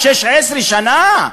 16 שנה?